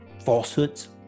falsehoods